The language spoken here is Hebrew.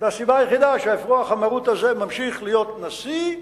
והסיבה היחידה שהאפרוח המרוט הזה ממשיך להיות נשיא,